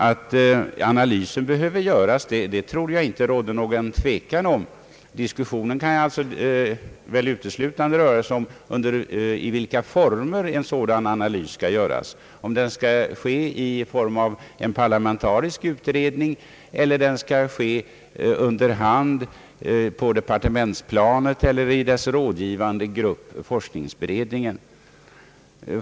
Att en sådan analys behöver göras tror jag inte att det råder någon tvekan om. Diskussionen rör sig alltså uteslutande om i vilka former analysen skall göras — i form av en parlamentarisk utredning, under hand på departementsplanet eller i dess rådgivande organ, forskningsberedningen.